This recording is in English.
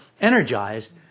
energized